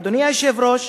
אדוני היושב-ראש,